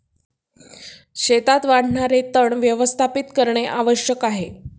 शेतात वाढणारे तण व्यवस्थापित करणे आवश्यक आहे